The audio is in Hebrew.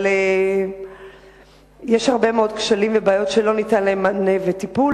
אבל יש הרבה מאוד כשלים ובעיות שלא ניתן להם מענה וטיפול.